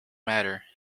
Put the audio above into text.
matter